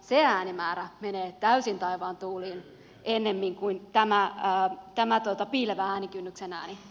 se äänimäärä menee täysin taivaan tuuliin ennemmin kuin tämän piilevän äänikynnyksen äänet